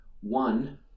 One